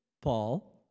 Paul